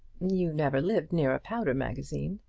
you never lived near a powder magazine.